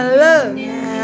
love